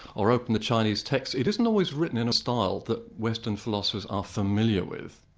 or open the chinese text, it isn't always written in a style that western philosophers are familiar with.